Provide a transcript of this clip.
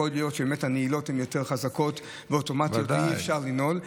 יכול להיות שבאמת הנעילות יותר חזקות ואוטומטיות ואי-אפשר לפתוח,